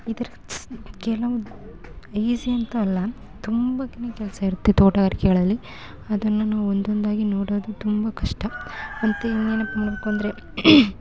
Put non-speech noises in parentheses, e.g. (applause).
ಈ ಥರದ ಸ್ ಕೆಲವು ಈಝಿ ಅಂತು ಅಲ್ಲ ತುಂಬನೆ ಕೆಲಸ ಇರುತ್ತೆ ತೋಟಗಾರಿಕೆಗಳಲ್ಲಿ ಅದನ್ನ ನಾನು ಒಂದೊಂದಾಗಿ ನೋಡೋದು ತುಂಬ ಕಷ್ಟ ಅಂತ ಇನ್ನೇನಪ್ಪ (unintelligible) ಅಂದರೆ